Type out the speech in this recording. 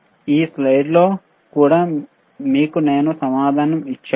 ఈ స్లయిడ్లో కూడా మీకు నేను సమాధానం ఇచ్చాను